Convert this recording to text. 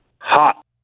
Hot